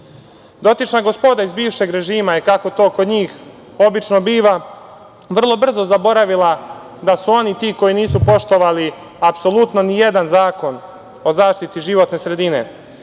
Dotična gospoda iz bivšeg režima, kako to kod njih obično biva, vrlo brzo su zaboravila da su oni ti koji nisu poštovali apsolutno nijedan Zakon o zaštiti životne sredine,